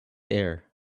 air